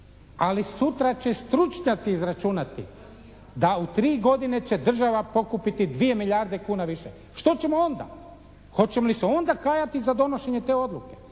ali sutra će stručnjaci izračunati da u tri godine će država pokupiti 2 milijarde kuna više. Što ćemo onda? Hoćemo li se onda kajati za donošenje te odluke.